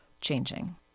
changing